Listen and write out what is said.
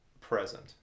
present